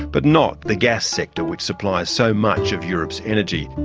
but not the gas sector which supplies so much of europe's energy.